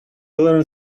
learned